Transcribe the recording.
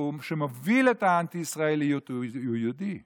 שמוביל את האנטי-ישראליות, הוא יהודי ידוע,